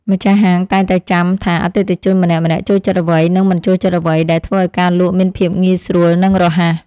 ម្ចាស់ហាងតែងតែចាំថាអតិថិជនម្នាក់ៗចូលចិត្តអ្វី និងមិនចូលចិត្តអ្វី ដែលធ្វើឱ្យការលក់មានភាពងាយស្រួលនិងរហ័ស។